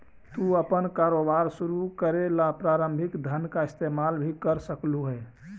तू अपन कारोबार शुरू करे ला प्रारंभिक धन का इस्तेमाल भी कर सकलू हे